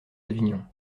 avignon